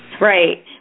Right